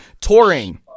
touring